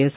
S